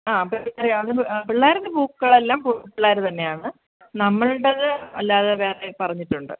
ആ അവർ പിള്ളേരുടെ പൂക്കൾ എല്ലാം പിള്ളേർ തന്നെയാണ് നമ്മളുടേത് അല്ലാതെ വേറെ പറഞ്ഞിട്ടുണ്ട്